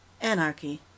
Anarchy